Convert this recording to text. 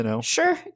Sure